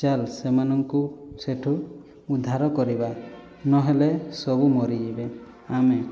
ଚାଲ ସେମାନଙ୍କୁ ସେଠୁ ଉଦ୍ଧାର କରିବା ନ ହେଲେ ସବୁ ମରିଯିବେ ଆମେ